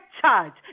charge